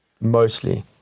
Mostly